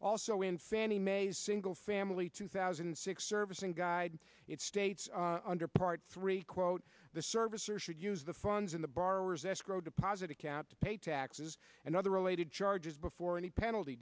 also in fannie mae's single family two thousand and six servicing guide it states under part three quote the servicer should use the funds in the borrowers escrow deposit account to pay taxes and other related charges before any penalty